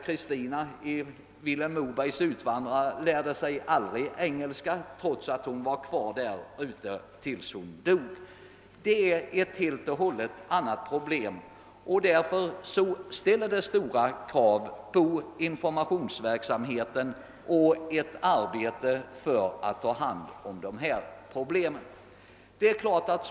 Kristina i Vilhelm Mobergs Utvandrarna lärde sig ju aldrig engelska trots att hon var kvar där ute i Amerika tills hon dog. Frågan om dessa invandrare är ett helt och hållet annorlunda problem, som som ställer stora krav på informationsverksamheten och handläggningen av olika spörsmål.